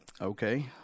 Okay